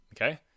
Okay